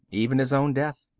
even his own death.